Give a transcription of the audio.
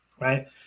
right